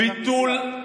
ב-20%.